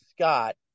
Scott